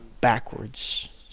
backwards